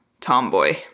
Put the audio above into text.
tomboy